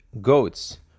goats